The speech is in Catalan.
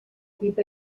pit